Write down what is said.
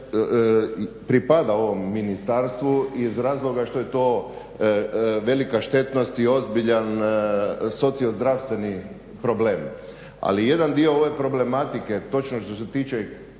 pripada ovom ministarstvu iz razloga što je to velika štetnost i ozbiljan sociozdravstveni problem. Ali jedan dio ove problematike točno što se tiče